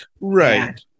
Right